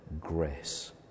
grace